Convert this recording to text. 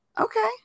Okay